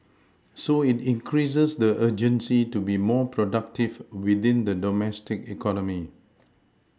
so it increases the urgency to be more productive within the domestic economy